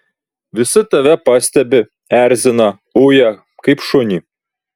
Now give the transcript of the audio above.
visi tave pastebi erzina uja kaip šunį